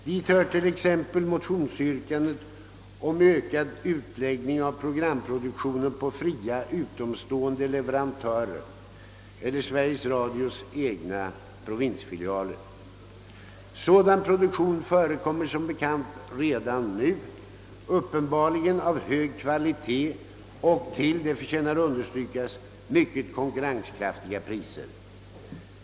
Dit hör t.ex. motionsyrkandet om ökad utläggning av programproduktionen på fria utomstående leverantörer eller Sveriges Radios egna provinsfilialer. Sådan produktion förekommer som bekant redan nu, uppenbarligen av hög kvalitet och till — det förtjänar understrykas — mycket konkurrenskraftiga priser.